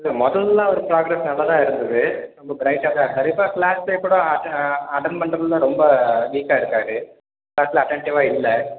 இல்லை முதல்ல அவர் ப்ராக்ரஸ் நல்லா தான் இருந்துது ரொம்ப ப்ரைட்டாகதான் இருக்கார் இப்போ கிளாஸ்லே கூட அட்டன்ட் பண்ணுறதுல ரொம்ப வீக்காக இருக்கார் கிளாஸில் அட்டென்ட்டிவாக இல்லை